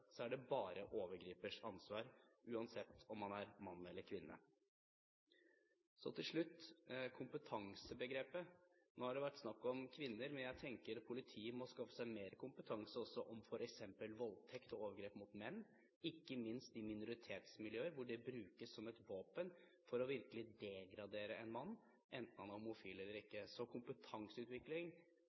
er det bare overgripers ansvar, uansett om man er mann eller kvinne. Til slutt om kompetansebegrepet: Nå har det vært snakk om kvinner, men jeg tenker at politiet også må skaffe seg mer kompetanse om f.eks. voldtekt og overgrep mot menn, ikke minst i minoritetsmiljøer, hvor det brukes som et våpen for virkelig å degradere en mann, enten han er homofil eller ikke. Så kompetanseutvikling